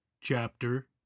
Chapter